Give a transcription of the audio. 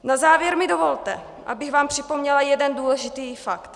Na závěr mi dovolte, abych vám připomněla jeden důležitý fakt.